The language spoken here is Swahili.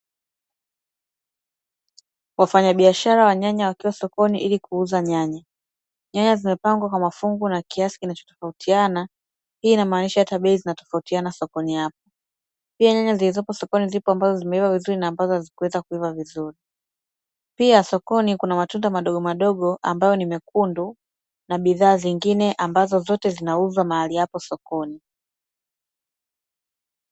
Wafanyabiashara wa nyanya wakiwa sokoni ili kuuza nyanya. Nyanya zimepangwa kwa mafungu na kiasi kinachotofautiana, hii inamaanisha hata bei zinatofautiana sokoni hapo. Pia nyanya zilizopo sokoni zipo ambazo zimeiva vizuri na ambazo hazikuweza kuiva vizuri. Pia sokoni kuna matunda madogomadogo ambayo ni mekundu, na bidhaa zingine ambazo zote zinauzwa mahali hapo sokoni.